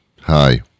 hi